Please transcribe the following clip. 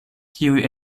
kiuj